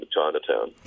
Chinatown